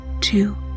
two